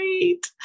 great